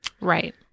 Right